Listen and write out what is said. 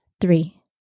Three